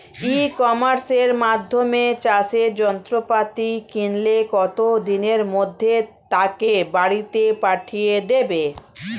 ই কমার্সের মাধ্যমে চাষের যন্ত্রপাতি কিনলে কত দিনের মধ্যে তাকে বাড়ীতে পাঠিয়ে দেবে?